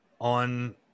on